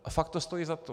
A fakt to stojí za to!